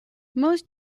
most